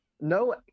No